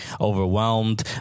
overwhelmed